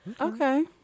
okay